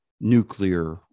nuclear